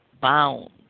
bound